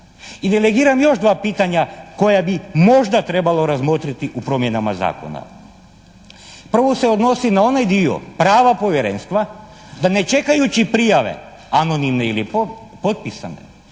razumije./… još dva pitanja koja bi možda trebalo razmotriti u promjenama zakona. Prvo se odnosi na onaj dio prava Povjerenstva da ne čekajući prijave anonimne ili potpisane